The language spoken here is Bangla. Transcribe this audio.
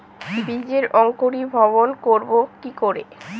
বীজের অঙ্কোরি ভবন করব কিকরে?